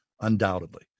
Undoubtedly